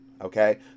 okay